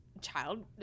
Child